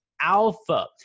Alpha